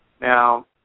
Now